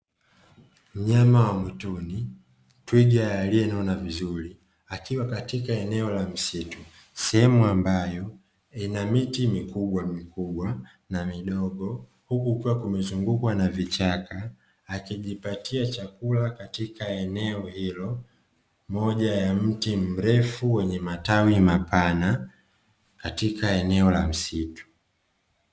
Mnyama wa mwituni, twiga aliyenona vizuri akiwa katika eneo la msitu sehemu ambayo ina miti mikubwa mikubwa na midogo, huku kukiwa kumezungukwa na vichaka akijipatia chakula katika eneo hilo moja ya mti mrefu wenye matawi mapana katika eneo la msitu.